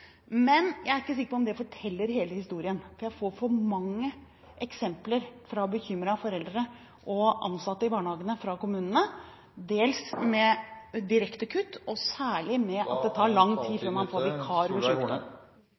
Men jeg er ikke sikker på om det forteller hele historien, for jeg får for mange eksempler fra kommunene om bekymrede foreldre og ansatte i barnehagene, dels om direkte kutt, og særlig om at det tar lang tid å få tak i